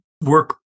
work